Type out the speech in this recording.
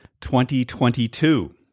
2022